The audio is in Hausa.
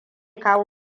kawo